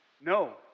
No